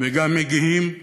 וגם מגיהים,